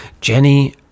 Jenny